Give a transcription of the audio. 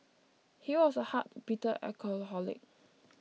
he was a hard bitter alcoholic